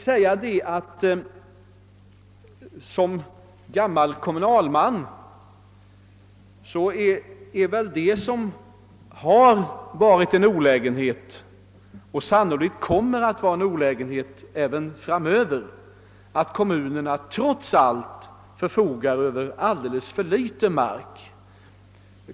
Som tidigare kommunalman vill jag säga att det som har varit en olägenhet och sannolikt kommer att vara en olägenhet även framöver är att kommunerna trots allt förfogar över alldeles för litet mark.